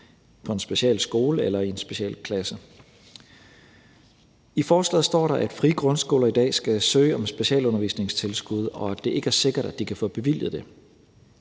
på en specialskole eller i en specialklasse. I forslaget står der, at frie grundskoler i dag skal søge om specialundervisningstilskud, og at det ikke er sikkert, at de kan få bevilget det.